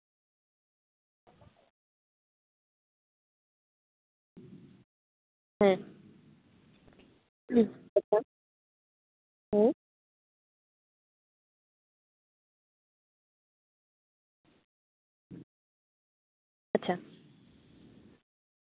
ᱦᱮᱸ ᱦᱮᱸ ᱟᱪᱪᱷᱟ